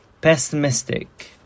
pessimistic